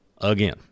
Again